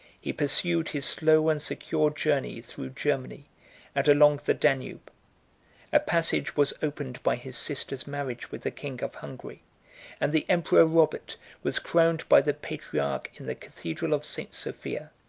he pursued his slow and secure journey through germany and along the danube a passage was opened by his sister's marriage with the king of hungary and the emperor robert was crowned by the patriarch in the cathedral of st. sophia.